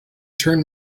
turn